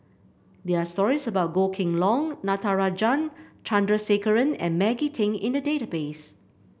there are stories about Goh Kheng Long Natarajan Chandrasekaran and Maggie Teng in the database